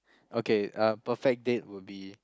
okay a perfect date would be